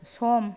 सम